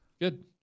Good